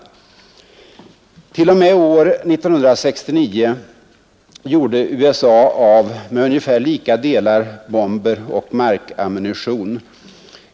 T. o. m. år 1969 gjorde USA av med ungefär lika delar bomber och markammunition.